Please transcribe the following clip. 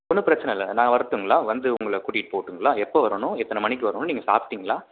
ஒன்றும் பிரச்சின இல்லை நான் வரட்டுங்களா வந்து உங்களை கூட்டிகிட்டு போகட்டுங்களா எப்போ வரணும் எத்தனை மணிக்கு வரணும் நீங்கள் சாப்பிட்டிங்களா